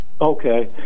Okay